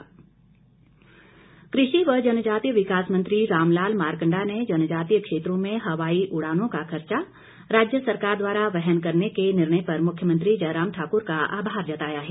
मारकंडा कृषि व जनजातीय विकास मंत्री रामलाल मारकंडा ने जनजातीय क्षेत्रों में हवाई उड़ानों का खर्चा राज्य सरकार द्वारा वहन करने के निर्णय पर मुख्यमंत्री जयराम ठाकुर का आभार जताया है